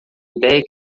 ideia